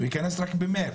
הוא ייכנס רק במרץ.